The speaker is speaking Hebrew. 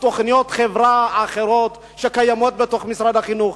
תוכניות חברה אחרות שקיימות במשרד החינוך.